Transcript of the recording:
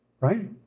Right